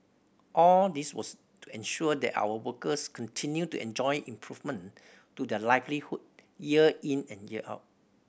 all this was to ensure that our workers continued to enjoy improvement to their livelihood year in and year out